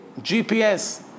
GPS